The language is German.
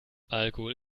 alkohol